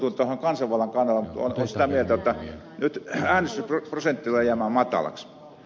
mutta olen sitä mieltä jotta nyt äänestysprosentti tulee jäämään matalaksi